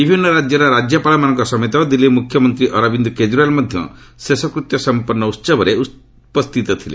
ବିଭିନ୍ନ ରାଜ୍ୟର ରାଜ୍ୟପାଳମାନଙ୍କ ସମେତ ଦିଲ୍ଲୀ ମୁଖ୍ୟମନ୍ତ୍ରୀ ଅରବିନ୍ଦ କେଜରିୱାଲ ମଧ୍ୟ ଶେଷକୃତ୍ୟ ସମ୍ପନ୍ନ ଉତ୍ସବରେ ଉପସ୍ଥିତ ଥିଲେ